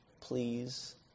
please